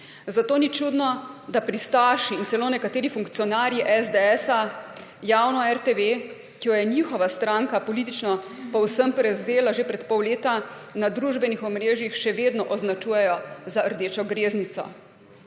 Zato ni čudno, da pristaši in celo nekateri funkcionarji SDS javno RTV, ki jo je njihova stranka politično povsem prevzela že pred pol leta, na družbenih omrežjih še vedno označujejo za rdečo greznico.